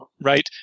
right